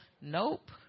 Nope